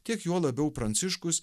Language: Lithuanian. tiek juo labiau pranciškus